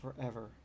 forever